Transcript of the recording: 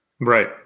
right